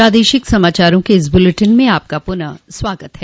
प्रादेशिक समाचारों के इस बुलेटिन में आपका फिर से स्वागत है